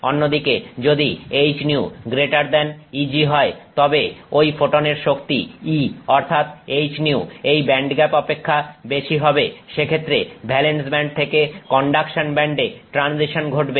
অন্যদিকে যদি hυ Eg হয় তবে ঐ ফোটনের শক্তি E অর্থাৎ hυ এই ব্যান্ডগ্যাপ অপেক্ষা বেশি হবে সেক্ষেত্রে ভ্যালেন্স ব্যান্ড থেকে কন্ডাকশন ব্যান্ডে ট্রানজিশন ঘটবে